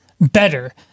better